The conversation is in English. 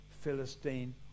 Philistine